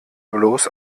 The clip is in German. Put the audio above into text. bloß